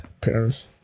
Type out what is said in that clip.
paris